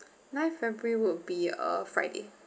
nine february would be uh friday